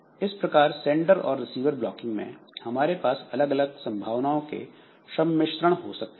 इस प्रकार सैंडर और रिसीवर ब्लॉकिंग में हमारे पास अलग अलग संभावनाओं के सम्मिश्रण हो सकते हैं